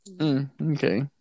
Okay